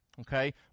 okay